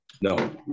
no